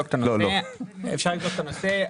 אפשר לבדוק את הנושא.